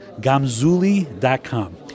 Gamzuli.com